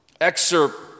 excerpt